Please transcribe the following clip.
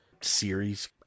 series